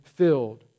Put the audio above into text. filled